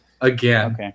Again